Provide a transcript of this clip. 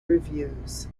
reviews